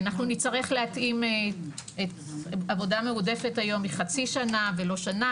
אנחנו נצטרך להתאים את העבודה המועדפת היום היא חצי שנה ולא שנה,